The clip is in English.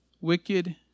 Wicked